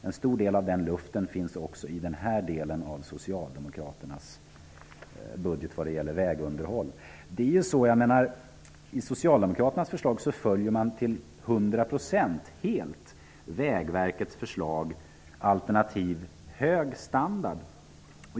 En stor del av den luften finns också i denna del av Socialdemokraternas förslag följer till hundra procent Vägverkets förslag till en alternativ hög standard.